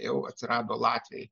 jau atsirado latviai